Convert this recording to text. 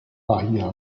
bahía